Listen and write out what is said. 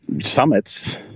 summits